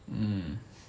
mm